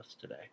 today